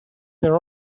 their